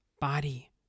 body